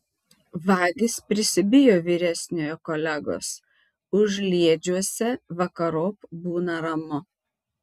vagys prisibijo vyresniojo kolegos užliedžiuose vakarop būna ramu